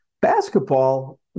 Basketball